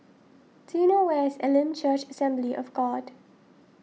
do you know where is Elim Church Assembly of God